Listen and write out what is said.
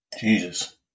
Jesus